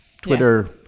Twitter